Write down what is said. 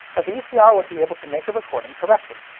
a vcr would be able to make a recording correctly.